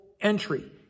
entry